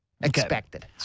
expected